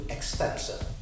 Extension